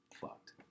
fucked